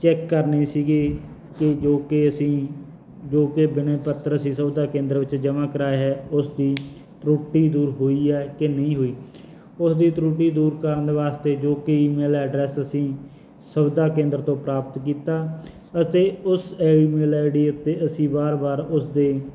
check ਕਰਨੇ ਸੀਗੇ ਕਿ ਜੋ ਕਿ ਅਸੀਂ ਜੋ ਕਿ ਬਿਨੈ ਪੱਤਰ ਅਸੀਂ ਸੁਵਿਧਾ ਕੇਂਦਰ ਵਿੱਚ ਜਮ੍ਹਾਂ ਕਰਵਾਇਆ ਹੈ ਉਸ ਦੀ ਤਰੁਟੀ ਦੂਰ ਹੋਈ ਹੈ ਕਿ ਨਹੀਂ ਹੋਈ ਉਸ ਦੀ ਤਰੁਟੀ ਦੂਰ ਕਰਨ ਵਾਸਤੇ ਜੋ ਕਿ ਅਈਮੇਲ ਐਡਰੈਸ ਸੀ ਸੁਵਿਧਾ ਕੇਂਦਰ ਤੋਂ ਪ੍ਰਾਪਤ ਕੀਤਾ ਅਤੇ ਉਸ ਈਮੇਲ ਆਈ ਡੀ ਉੱਤੇ ਅਸੀਂ ਬਾਰ ਬਾਰ ਉਸਦੇ